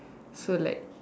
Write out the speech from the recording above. so like